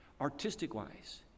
Artistic-wise